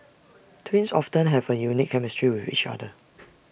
twins often have A unique chemistry with each other